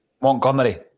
Montgomery